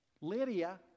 Lydia